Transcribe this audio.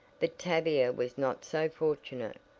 but tavia was not so fortunate,